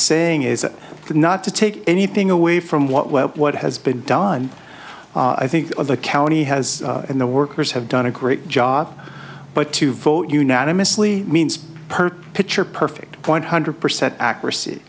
saying is that not to take anything away from what well what has been done i think the county has and the workers have done a great job but to vote unanimously means per picture perfect one hundred percent accuracy